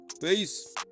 peace